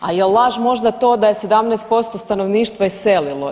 A jel laž možda to da je 17% stanovništva iselilo?